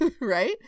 right